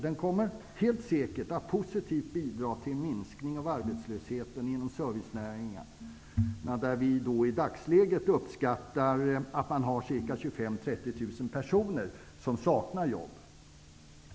Den kommer helt säkert att positivt bidra till en minskning av arbetslösheten inom servicenäringarna, där man i dagsläget uppskattar att 25 000--30 000 personer saknar jobb.